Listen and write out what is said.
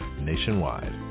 nationwide